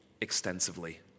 extensively